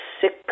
six